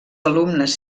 alumnes